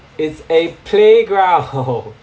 it's a playground